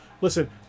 listen